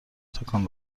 تکان